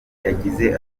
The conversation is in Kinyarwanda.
yagize